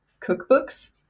cookbooks